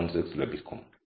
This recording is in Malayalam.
6 ലഭിക്കും